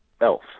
Elf